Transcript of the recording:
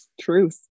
Truth